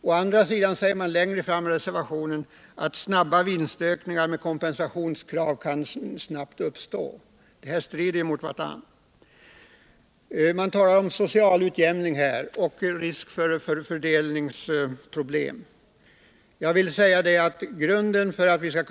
Längre fram i reservationen sägs å andra sidan att snabba vinstökningar kan leda till att kompensationskrav uppstår. Detta strider emot vartannat. I reservationen talas också om social utjämning och risk för att fördelningsproblem uppstår i samband med föreslagna åtgärder.